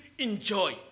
enjoy